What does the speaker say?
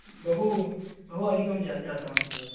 बहु बहु अधिकं जातं जातमस्ति तत्